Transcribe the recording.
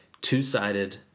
two-sided